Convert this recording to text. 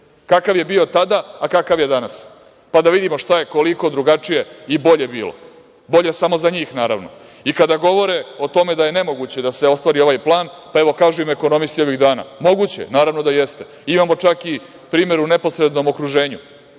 kakva je bio tada, a kakav je danas, pa da vidimo šta je koliko drugačije i bolje bilo, bolje samo za njih naravno. I, kada govore o tome da je nemoguće da se ostvari ovaj plan, pa evo, kažu im ekonomisti ovih dana, moguće, naravno, da je jeste. Imamo čak i primer u neposrednom okruženju,